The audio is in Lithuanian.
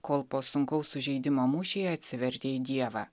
kol po sunkaus sužeidimo mūšyje atsivertė į dievą